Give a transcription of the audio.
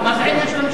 מה זה עניין של המשטרה?